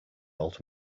old